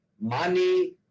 money